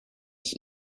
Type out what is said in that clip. ich